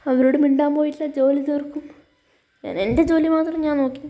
അവരോട് മിണ്ടാൻ പോയിട്ടില്ല ജോലി തീർക്കും ഞാൻ എൻ്റെ ജോലി മാത്രം ഞാൻ നോക്കി